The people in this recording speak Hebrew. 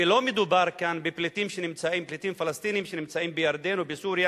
ולא מדובר כאן בפליטים פלסטינים שנמצאים בירדן או בסוריה